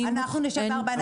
אנחנו נשב בארבע עיניים.